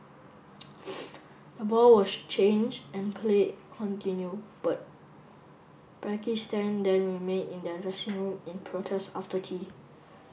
the ball was changed and play continue but Pakistan then remain in their dressing room in protest after tea